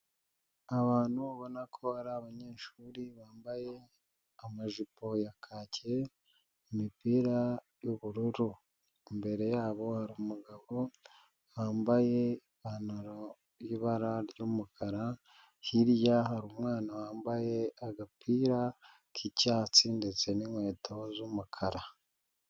Abantu ubona ko ari abanyeshuri bambaye amajipo ya kake, imipira y'ubururu, imbere yabo hari umugabo wambaye ipantaro y'ibara ry'umukara, hirya hari umwana wambaye agapira k'icyatsi ndetse n'inkweto z'umukara.